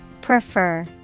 Prefer